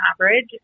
average